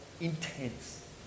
intense